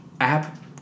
app